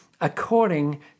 according